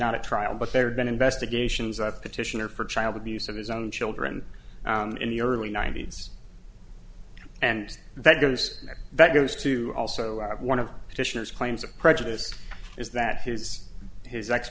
not a trial but there have been investigations of petitioner for child abuse of his own children in the early ninety's and that goes that goes to also one of titian's claims of prejudice is that his his ex